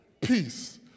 Peace